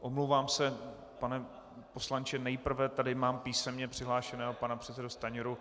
Omlouvám se, pane poslanče, nejprve tady mám písemně přihlášeného pana předsedu Stanjuru.